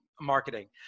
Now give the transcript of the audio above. marketing